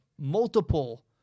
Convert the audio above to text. multiple